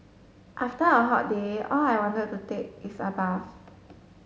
after a hot day all I want to take is a bath